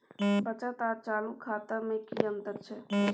बचत आर चालू खाता में कि अतंर छै?